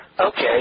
Okay